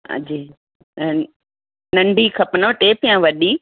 जी नंढी खपनिव टेप या वॾी